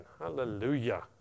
Hallelujah